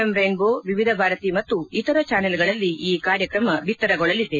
M rainbow Vividh Bharati ಮತ್ತು ಇತರ ಚಾನೆಲ್ಗಳಲ್ಲಿ ಈ ಕಾರ್ಯತ್ರಮ ಪ್ರಸಾರವಾಗಲಿದೆ